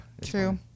True